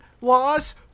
laws